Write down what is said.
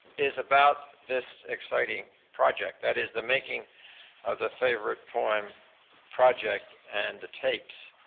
is about this exciting project, that is the making of the favorite poem project and the tapes.